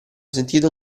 sentito